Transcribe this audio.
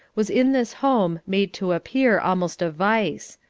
was in this home made to appear almost a vice.